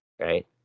right